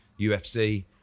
UFC